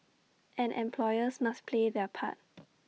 and employers must play their part